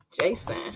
Jason